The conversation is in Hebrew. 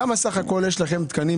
כמה תקנים יש לכם